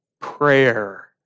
prayer